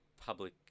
public